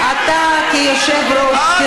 התשע"ח 2018,